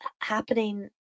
happening